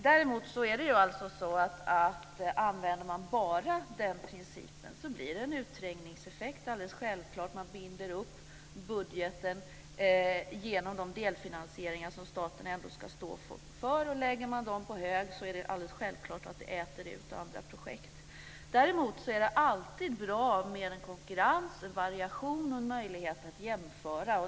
Om man bara använder den principen är det alldeles självklart att det blir en utträngningseffekt. Man binder upp budgeten genom de delfinansieringar som staten ändå ska stå för, och lägger man dem på hög är det alldeles självklart att de äter ut andra projekt. Däremot är det alltid bra med konkurrens, variation och en möjlighet att jämföra.